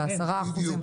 10% וכולי.